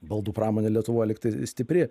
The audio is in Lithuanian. baldų pramonė lietuvoje lyg tai stipri